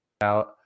out